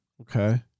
Okay